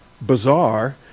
bizarre